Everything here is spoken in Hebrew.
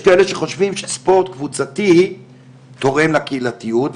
יש כאלה שחושבים בספורט קבוצתי תורם לקהילתיות,